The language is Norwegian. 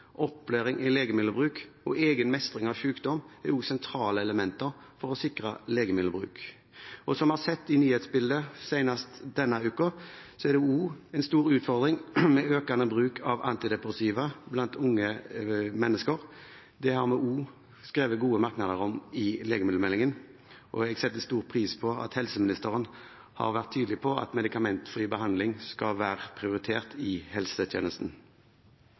opplæring i legemiddelbruk og egen mestring av sykdom er også sentrale elementer for å sikre legemiddelbruk. Som vi har sett i nyhetsbildet senest denne uken, er det også en stor utfordring med økende bruk av antidepressiva blant unge mennesker. Det har vi også skrevet gode merknader om i legemiddelmeldingen, og jeg setter stor pris på at helseministeren har vært tydelig på at medikamentfri behandling skal være prioritert i helsetjenesten.